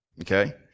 okay